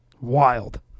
Wild